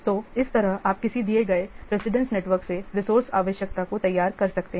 तो इस तरह आप किसी दिए गए प्रेसिडेंस नेटवर्क से रिसोर्स आवश्यकता को तैयार कर सकते हैं